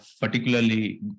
particularly